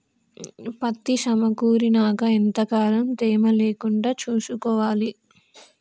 పత్తి సమకూరినాక ఎంత కాలం తేమ లేకుండా చూసుకోవాలి?